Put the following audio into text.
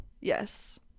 Yes